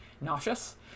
nauseous